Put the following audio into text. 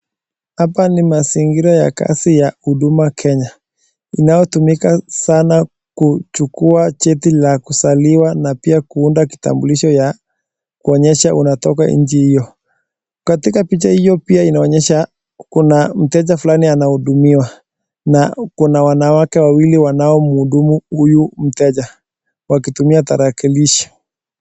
Hapa ni mazingira ya kazi ya Huduma Kenya inayotumika sana kuchukua cheti ya kuzaliwa na pia kuunda kitambulisho ya kuonyesha unatoka nchi hiyo. Katika picha hiyo pia inaonyesha kuna mteja fulani anahudumiwa na kuna wanawake wawili wanaomhudumu huyu mteja wakitumia tarakilishi.